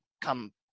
come